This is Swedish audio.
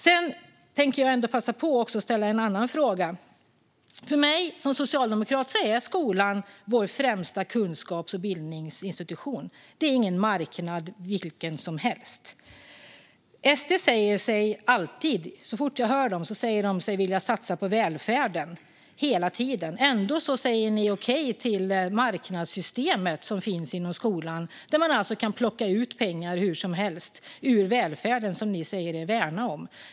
Jag tänker passa på att ställa en annan fråga. För mig som socialdemokrat är skolan vår främsta kunskaps och bildningsinstitution. Det är ingen marknad vilken som helst. SD säger sig, så fort jag hör dem, alltid vilja satsa på välfärden hela tiden. Ändå säger ni okej till marknadssystemet som finns inom skolan, där man kan plocka ut pengar hur som helst ur välfärden som ni säger er värna om.